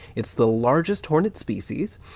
it's the largest hornet species,